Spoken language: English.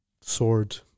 sword